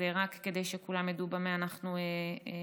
רק כדי שכולם ידעו במה אנחנו מדברים: